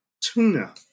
tuna